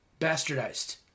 Bastardized